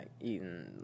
eating